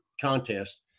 contest